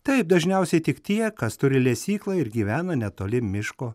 taip dažniausiai tik tie kas turi lesyklą ir gyvena netoli miško